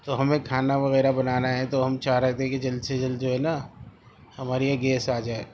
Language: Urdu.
تو ہمیں کھانا وغیرہ بنانا ہے تو ہم چاہ رہے تھے کہ جلد سے جلد جو ہے نا ہمارے یہاں گیس آ جائے